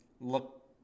look